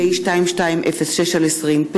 פ/2206/20,